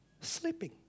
Sleeping